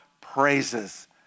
praises